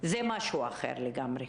זה משהו אחר לגמרי.